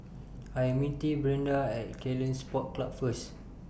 I Am meeting Brianda At Ceylon Sports Club First